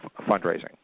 fundraising